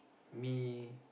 me